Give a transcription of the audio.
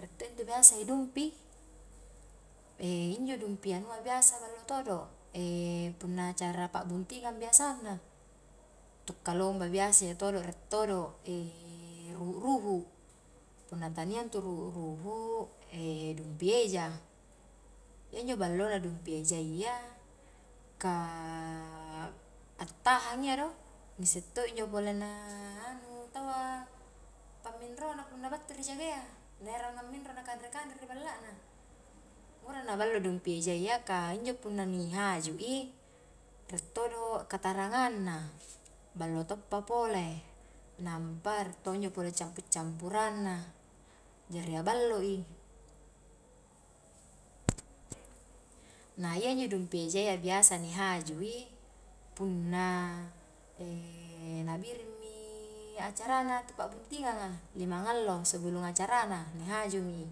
Riek to intu biasa e dumpi, injo dumpi anua biasa ballo todo, punna acara pa'buntingang biasanna, tu kalomba biasa iya todo riek todo, ruhu-ruhu, punna tania intu ruhu-ruhu dumpi eja, iya injo ballona dumpi eja ya ka attahang iya do, ngisse to injo pole na anu tau a, pamminrona punna battu rijagayya na erang amminro na kanre-kanre ri ballana, ngura na ballo dumpi ejayya ka injo punna ni hajui, rie todo katarangangna, ballo toppa pole, nampa rie to injo pole campu campuranna, jari aballo i, na iya injo dumpi eja ya biasa ni haju i, punna na biring mi acarana tu pa'buntingang a lima ngallo seb lum acarana ni hajumi,